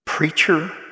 Preacher